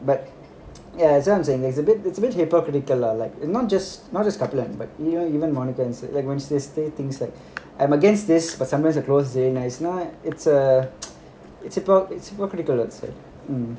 ya that's why I'm saying there's a bit it's a bit hypocritical lah like not just not just kaplan but even even monica like when she says things like I'm against this but sometimes the clothes is very nice it's uh it's hypo~ it's hypocritical lah